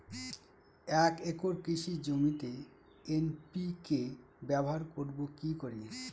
এক একর কৃষি জমিতে এন.পি.কে ব্যবহার করব কি করে?